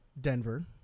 Denver